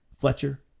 Fletcher